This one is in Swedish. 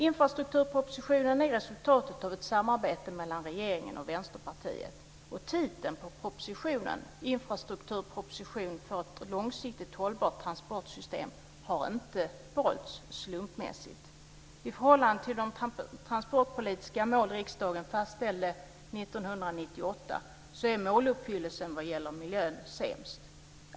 Infrastrukturpropositionen är resultatet av ett samarbete mellan regeringen och Vänsterpartiet. Titeln på propositionen, Infrastrukturproposition för ett långsiktigt hållbart transportsystem har inte valts slumpmässigt. I förhållande till de transportpolitiska mål riksdagen fastställde 1998 är måluppfyllelsen vad gäller miljön sämst.